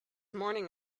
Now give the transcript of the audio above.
morning